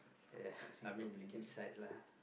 yes I mean this side lah